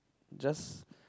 just